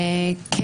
כן.